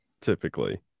typically